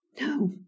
no